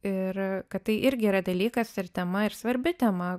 ir kad tai irgi yra dalykas ir tema ir svarbi tema